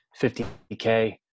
50k